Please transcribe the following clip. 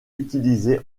utilisées